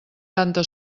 tanta